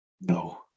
No